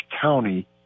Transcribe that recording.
county